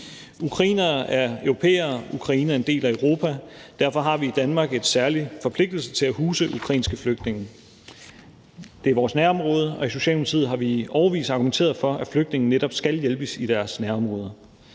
Ukrainere er europæere, og Ukraine er en del af Europa, og derfor har vi i Danmark en særlig forpligtelse til at huse ukrainske flygtninge. Det er vores nærområde, og i Socialdemokratiet har vi i årevis argumenteret for, at flygtninge netop skal hjælpes i deres nærområder.